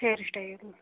hairstyle